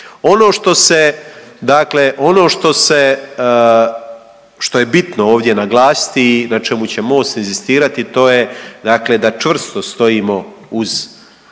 Ono što se dakle, ono što se, što je bitno ovdje naglasiti i na čemu će Most inzistirati, to je dakle da čvrsto stojimo uz